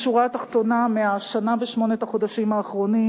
השורה התחתונה מהשנה ושמונת החודשים האחרונים